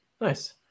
Nice